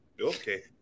okay